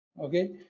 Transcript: Okay